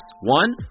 one